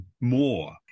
more